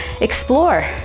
explore